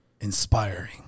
Inspiring